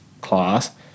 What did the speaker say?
class